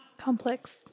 Complex